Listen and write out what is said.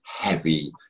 heavy